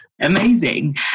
Amazing